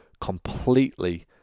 completely